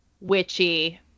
witchy